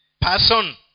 person